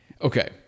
Okay